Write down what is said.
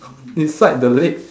inside the legs